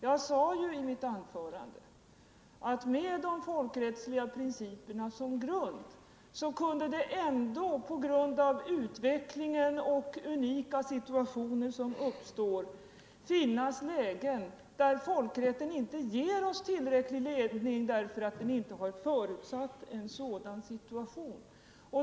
Jag sade ju i mitt anförande att med de folkrättsliga principerna som grund kunde det ändå på grund av utvecklingen och unika situationer som uppstår finnas lägen där folkrätten inte ger oss tillräcklig ledning därför att den inte har förutsatt en sådan situation.